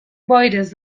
boires